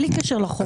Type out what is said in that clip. בלי קשר לחוק.